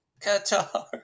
Qatar